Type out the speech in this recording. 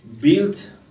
built